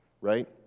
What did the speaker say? right